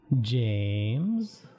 James